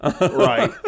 right